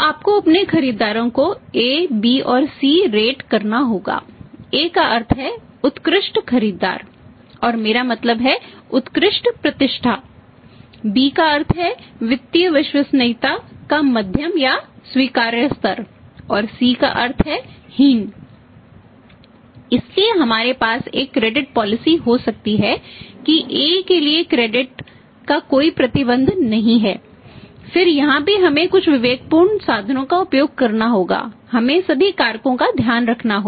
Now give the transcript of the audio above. तो आपको अपने खरीदारों को A B और C रेट का कोई प्रतिबंध नहीं है फिर यहां भी हमें कुछ विवेकपूर्ण साधनों का उपयोग करना होगा हमें सभी कारकों का ध्यान रखना होगा